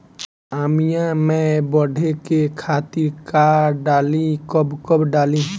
आमिया मैं बढ़े के खातिर का डाली कब कब डाली?